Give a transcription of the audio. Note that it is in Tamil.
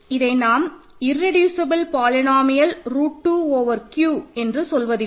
எனவே இதை நாம் irreducible polynomial root 2 over Q என்று சொல்வதில்லை